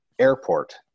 airport